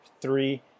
three